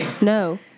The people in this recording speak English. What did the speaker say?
No